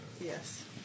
Yes